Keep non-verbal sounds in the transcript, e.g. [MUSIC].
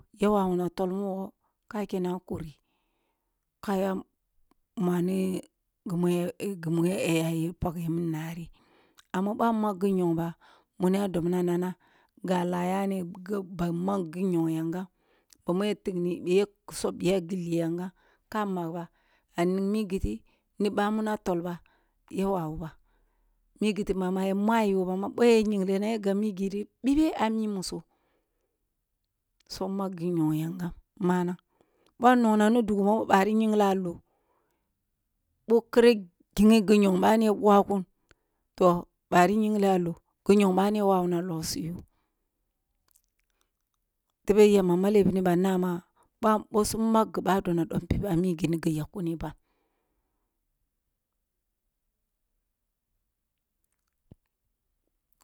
Ya wawuna tol mogho ka kene kurri, ka yuwa mwani gimi ya [HESITATION] gimi ya pageh minari bwa, a magh gi nyigh ba wuni ya dobna nano ga la yani gib a magh gin yogh yankam gimmel ya tigni ya sobbiya gilli yankam ka magh ba a ningh mighiti, ni bamun a tol bah ya wawu ba mighiti ya mayo bama boh ya nyighle nay a gab migi ri bibeh a mi muso, so magh gin yogh manang boh ninghna ni dugu bog bwara nyigli a loh boh kare ginghi gi nyegh bani ya bakun toh bwari nyighle a boh gin yogh ani ya wawuno logssiyo tebeh yamba maleh ba na ma dom boh su magh gi badoh dom pip a migi ni gi yagh kuni ban [NOISE]